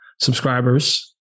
subscribers